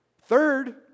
Third